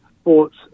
sports